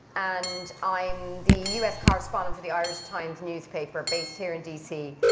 and i'm the us correspondent for the irish times newspaper, based here in dc.